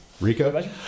rico